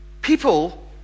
People